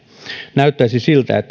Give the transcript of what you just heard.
näyttäisi siltä